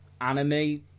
anime